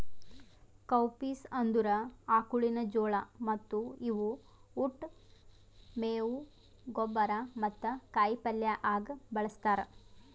cowpeas ಅಂದುರ್ ಆಕುಳಿನ ಜೋಳ ಮತ್ತ ಇವು ಉಟ್, ಮೇವು, ಗೊಬ್ಬರ ಮತ್ತ ಕಾಯಿ ಪಲ್ಯ ಆಗ ಬಳ್ಸತಾರ್